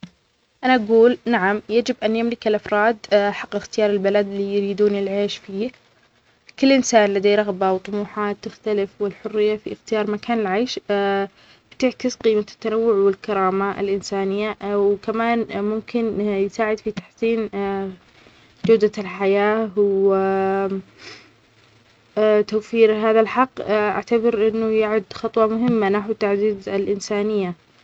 أنا أجول نعم يجب أن يملك الأفراد حق إختيار البلد اللى يريدون العيش فيه، كل إنسان لديه رغبة وطموحات تختلف، والحرية في إختيار مكان العيش بتعكس قيمة التنوع والكرامة الإنسانية، وكمان ممكن يساعد فى تحسين جودة الحياه، هو أتوفير هذا الحق أعتبر إنه يعد خطوه مهمه نحو تعزيز الإنسانية.